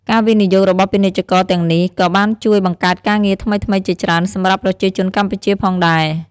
ការវិនិយោគរបស់ពាណិជ្ជករទាំងនេះក៏បានជួយបង្កើតការងារថ្មីៗជាច្រើនសម្រាប់ប្រជាជនកម្ពុជាផងដែរ។